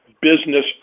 business